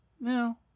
No